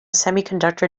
semiconductor